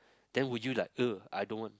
then would you like I don't want